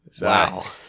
wow